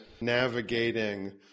navigating